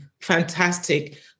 Fantastic